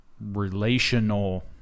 relational